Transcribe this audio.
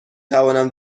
تونم